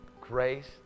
grace